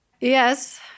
Yes